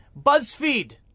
BuzzFeed